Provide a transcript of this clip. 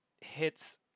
hits